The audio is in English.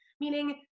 Meaning